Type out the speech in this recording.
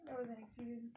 that was an experience